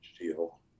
deal